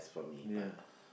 yeah